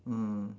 mm